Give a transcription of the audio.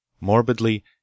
morbidly